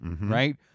right